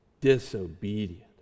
Disobedient